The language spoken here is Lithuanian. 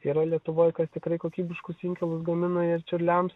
yra lietuvoj kas tikrai kokybiškus inkilus gamina ir čiurliams